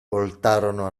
voltarono